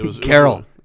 Carol